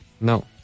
No